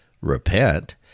Repent